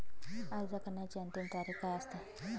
अर्ज करण्याची अंतिम तारीख काय असते?